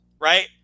right